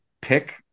pick